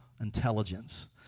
intelligence